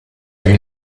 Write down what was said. più